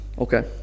Okay